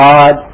God